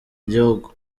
igihugu